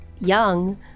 young